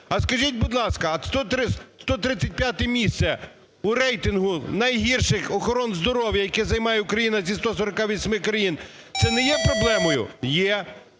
А скажіть, будь ласка, 135 місце у рейтингу найгірших охорон здоров'я, яке займає Україна зі 148 країн, - це не є проблемою? Є.